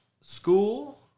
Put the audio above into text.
school